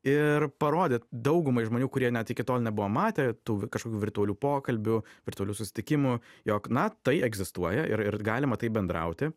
ir parodė daugumai žmonių kurie net iki tol nebuvo matę tų kažkokių virtualių pokalbių virtualių susitikimų jog na tai egzistuoja ir ir galima taip bendrauti